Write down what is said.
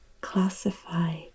classify